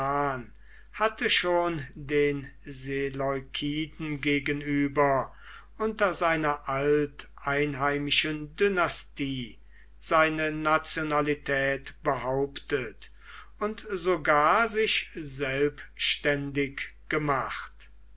hatte schon den seleukiden gegenüber unter seiner alteinheimischen dynastie seine nationalität behauptet und sogar sich selbständig gemacht